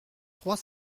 trois